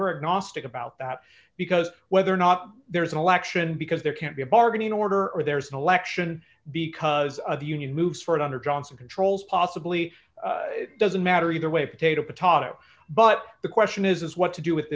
we're exhausted about that because whether or not there is an election because there can't be a bargaining order or there's an election because of the union moves forward under johnson controls possibly it doesn't matter either way potato potato but the question is what to do with